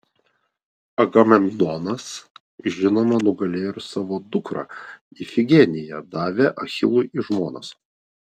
agamemnonas žinoma nugalėjo ir savo dukrą ifigeniją davė achilui į žmonas